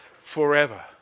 forever